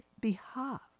behalf